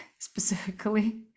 specifically